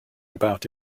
about